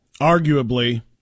arguably